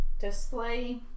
display